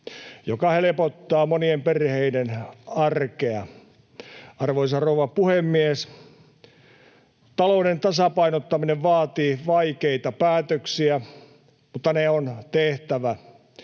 joka helpottaa monien perheiden arkea. Arvoisa rouva puhemies! Talouden tasapainottaminen vaatii vaikeita päätöksiä, mutta ne on tehtävä,